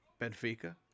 Benfica